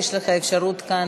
יש לך אפשרות כאן,